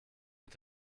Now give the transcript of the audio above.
mit